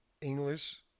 English